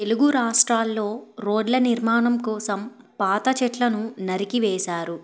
తెలుగు రాష్ట్రాల్లో రోడ్ల నిర్మాణం కోసం పాత చెట్లను నరికి వేేశారు